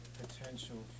potential